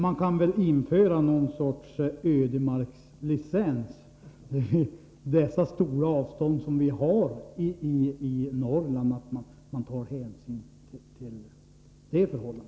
Man kan väl införa någon sorts ödemarkslicens och ta hänsyn till det förhållandet, att vi har så stora avstånd i Norrland.